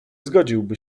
zgodziłby